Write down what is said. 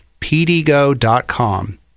PDGo.com